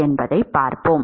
என்பதைப் பார்ப்போம்